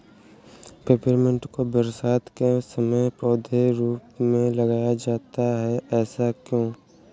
Peppermint को बरसात के समय पौधे के रूप में लगाया जाता है ऐसा क्यो?